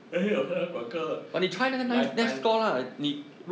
that day 我看他广告 lah lifetime